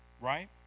right